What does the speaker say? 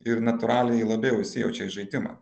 ir natūraliai labiau įsijaučia į žaidimą